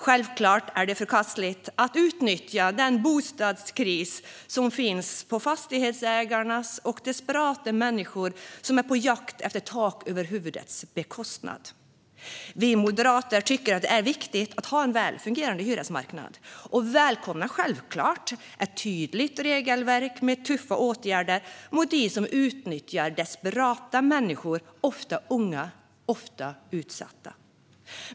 Självfallet är det förkastligt att utnyttja den bostadskris som finns på bekostnad av fastighetsägare och desperata människor som är på jakt efter tak över huvudet. Vi moderater tycker att det är viktigt att ha en väl fungerande hyresmarknad och välkomnar självklart ett tydligt regelverk med tuffa åtgärder mot dem som utnyttjar desperata människor - ofta unga, ofta utsatta.